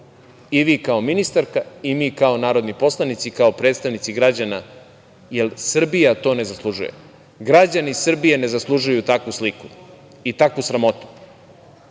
i vi kao ministarka i mi kao narodni poslanici i predstavnici građana, jer Srbija to ne zaslužuje. Građani Srbije ne zaslužuju takvu sliku i takvu sramotu,